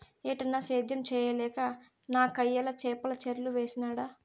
ఏటన్నా, సేద్యం చేయలేక నాకయ్యల చేపల చెర్లు వేసినాడ